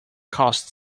cost